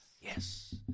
Yes